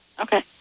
okay